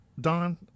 Don